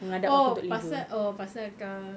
oh pasal oh pasal kau